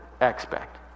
expect